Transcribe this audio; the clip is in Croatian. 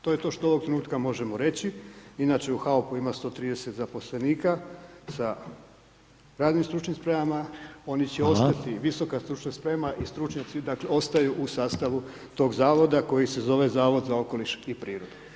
To je to što ovoga trenutka možemo reći, inače u HAUP-u ima 130 zaposlenika sa radnim stručnim spremama, oni će ostati visoka stručna sprema i stručnjaci ostaju u sastavu tog zavoda koji se zove Zavod za okoliš i prirodu.